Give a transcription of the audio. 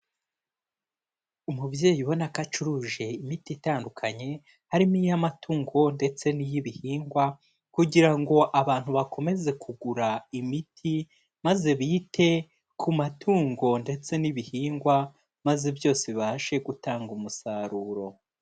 Umubyeyi ubona ko acuruje imiti itandukanye, harimo iy'amatungo ndetse n'iy'ibihingwa kugira ngo abantu bakomeze kugura imiti maze bite ku matungo ndetse n'ibihingwa maze byose bibashe gutanga umusaruro.